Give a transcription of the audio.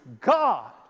God